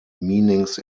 meanings